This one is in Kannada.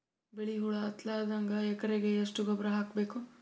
ಬಿಳಿ ಹುಳ ಹತ್ತಲಾರದಂಗ ಎಕರೆಗೆ ಎಷ್ಟು ಗೊಬ್ಬರ ಹಾಕ್ ಬೇಕು?